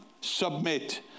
submit